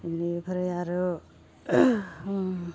इनिफ्राय आर' उम